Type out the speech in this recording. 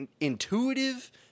intuitive